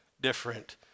different